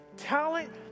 talent